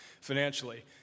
financially